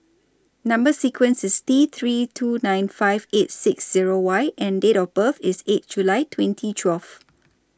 Number sequence IS T three two nine five eight six Zero Y and Date of birth IS eight July twenty twelve